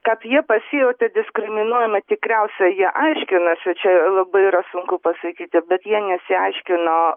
kad jie pasijautė diskriminuojami tikriausiai jie aiškinasi čia labai yra sunku pasakyti bet jie nesiaiškino